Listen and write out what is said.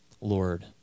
Lord